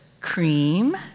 cream